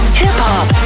hip-hop